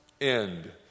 end